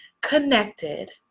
connected